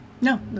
No